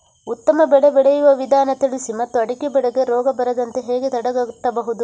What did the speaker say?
ಉತ್ತಮ ಬೆಳೆ ಬೆಳೆಯುವ ವಿಧಾನ ತಿಳಿಸಿ ಮತ್ತು ಅಡಿಕೆ ಬೆಳೆಗೆ ರೋಗ ಬರದಂತೆ ಹೇಗೆ ತಡೆಗಟ್ಟಬಹುದು?